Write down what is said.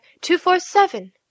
two-four-seven